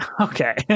Okay